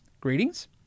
greetings